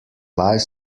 live